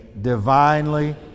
divinely